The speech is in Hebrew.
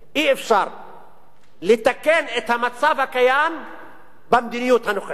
אי-אפשר לתקן את המצב הקיים במדיניות הנוכחית,